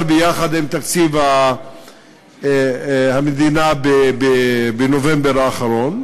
ביחד עם תקציב המדינה בנובמבר האחרון,